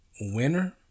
winner